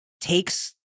takes